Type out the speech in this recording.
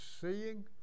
seeing